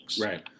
Right